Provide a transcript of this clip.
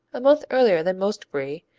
a month earlier than most brie,